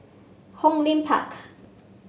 Hong Lim Park